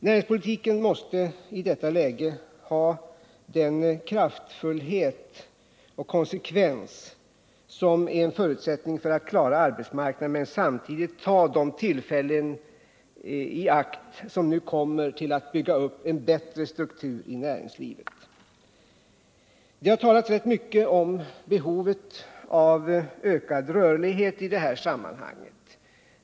Näringspolitiken måste i detta läge ha den kraftfullhet och konsekvens som är en förutsättning för att man skall klara arbetsmarknaden men samtidigt kunna ta de tillfällen i akt som nu kommer till att bygga upp en bättre struktur i näringslivet. Det har talats rätt mycket om behovet av ökad rörlighet i detta sammanhang.